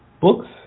books